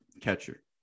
catcher